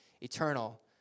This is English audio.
eternal